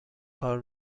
کار